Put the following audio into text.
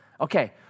Okay